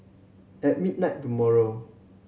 at midnight tomorrow